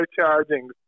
charging